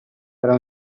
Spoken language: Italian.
era